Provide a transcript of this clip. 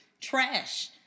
trash